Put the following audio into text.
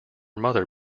mother